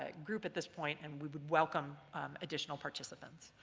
ah group at this point, and we would welcome additional participants.